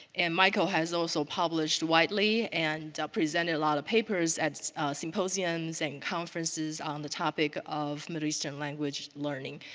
and michael has also published widely and presented a lot of papers at symposiums and conferences on the topic of middle eastern language learning.